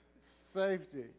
safety